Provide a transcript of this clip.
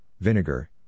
vinegar